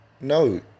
No